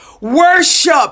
Worship